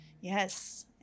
yes